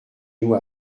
nous